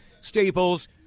staples